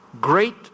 great